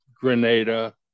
Grenada